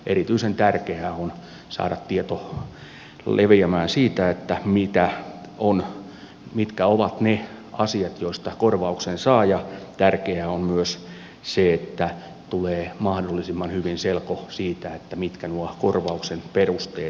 erityisen tärkeää on saada tieto leviämään siitä mitkä ovat ne asiat joista korvauksen saa ja tärkeää on myös se että tulee mahdollisimman hyvin selko siitä mitkä nuo korvauksen perusteet ovat